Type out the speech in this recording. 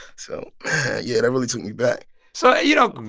so yeah, that really took me back so, you know,